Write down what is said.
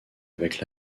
avec